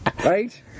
Right